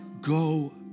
go